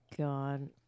god